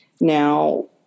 Now